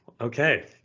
okay